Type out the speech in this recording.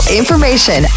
information